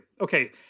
Okay